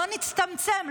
לא נצטמצם.